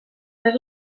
més